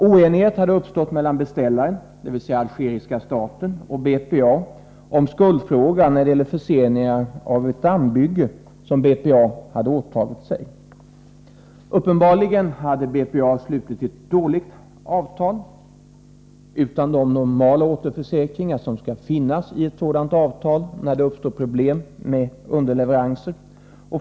Oenighet hade uppstått mellan beställaren, algeriska staten, och BPA om skuldfrågan när det gällde förseningar av ett dammbygge som BPA hade åtagit sig. Uppenbarligen hade BPA slutit ett dåligt avtal utan de återförsäkringar som normalt skall finnas, om det skulle uppstå problem med underleveranser.